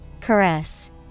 Caress